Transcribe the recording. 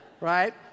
right